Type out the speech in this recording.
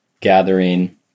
gathering